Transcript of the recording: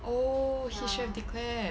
oh he should have declare